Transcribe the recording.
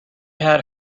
had